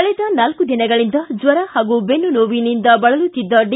ಕಳೆದ ನಾಲ್ಕು ದಿನಗಳಿಂದ ಜ್ವರ ಹಾಗೂ ಬೆನ್ನು ನೋವಿನಿಂದ ಬಳಲುತ್ತಿದ್ದ ಡಿ